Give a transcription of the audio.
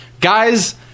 Guys